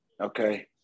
okay